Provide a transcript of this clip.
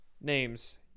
names